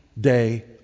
day